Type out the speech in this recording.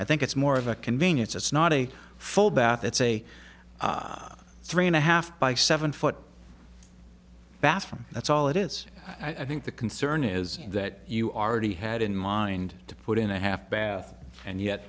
i think it's more of a convenience it's not a full bath it's a three and a half by seven foot bathroom that's all it is i think the concern is that you are already had in mind to put in a half bath and yet